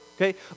okay